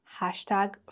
hashtag